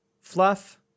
fluff